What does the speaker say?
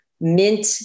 mint